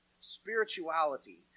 spirituality